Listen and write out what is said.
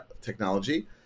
technology